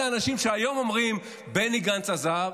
אלה האנשים שהיום אומרים: בני גנץ עזב,